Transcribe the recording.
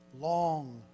long